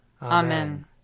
Amen